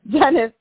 Dennis